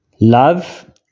love